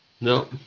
No